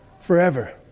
forever